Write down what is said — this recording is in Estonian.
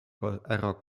ära